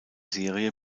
serie